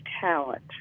talent